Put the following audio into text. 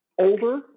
older